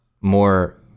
more